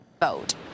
vote